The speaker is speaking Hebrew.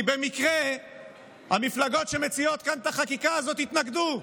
כי במקרה המפלגות שמציעות כאן את החקיקה הזאת התנגדו.